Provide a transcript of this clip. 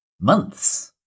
months